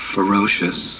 ferocious